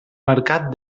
mercat